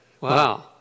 wow